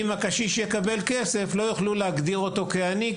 את הפתרון לפיו אם הקשיש יקבל כסף אז לא יוכלו להגדיר אותו כעני,